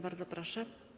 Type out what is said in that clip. Bardzo proszę.